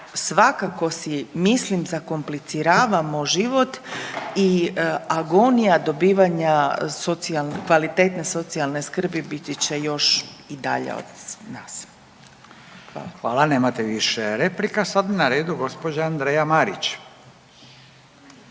svakako si mislim zakompliciravamo život i agonija dobivanja kvalitetne socijalne skrbi biti će još i dalje odraz svih nas. Hvala. **Radin, Furio (Nezavisni)** Hvala, nemate više replika. Sad je na redu gđa. Andreja Marić,